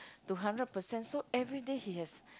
to hundred percent so everyday he has